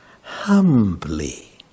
humbly